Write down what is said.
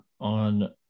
on